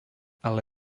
ale